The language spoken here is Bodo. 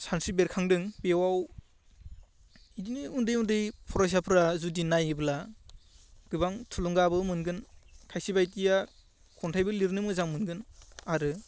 सानस्रि बेरखांदों बेयाव बिदिनो उन्दै उन्दै फरायसाफोरा जुदि नायोब्ला गोबां थुलुंगाबो मोनगोन खायसे बायदिया खन्थाइबो लिरनो मोजां मोनगोन आरो